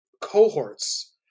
cohorts